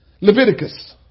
Leviticus